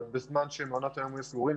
עוד בזמן שמעונות היום היו סגורים.